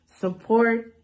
support